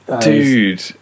Dude